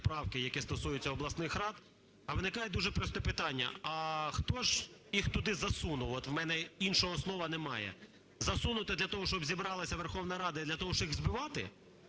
виникає дуже просте питання: а хто ж їх туди засунув? От в мене іншого слова немає. Засунути для того, щоб зібралася Верховна Рада і для того, щоб їх збивати?